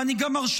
ואני גם מרשה